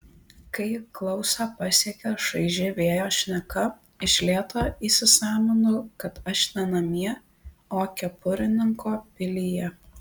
kai klausą pasiekia šaiži vėjo šneka iš lėto įsisąmoninu kad aš ne namie o kepurininko pilyje